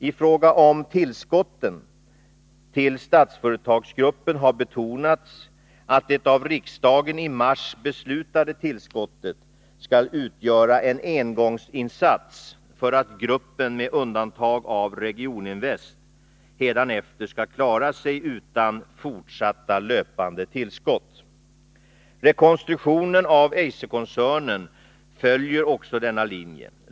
I fråga om tillskotten till Statsföretagsgruppen har betonats att det av riksdagen i mars beslutade tillskottet skall utgöra en engångsinsats för att gruppen med undantag av Regioninvest hädanefter skall klara sig utan fortsatta löpande tillskott. Rekonstruktionen av Eiser-koncernen följer också denna linje.